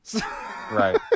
Right